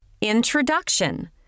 Introduction